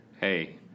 Hey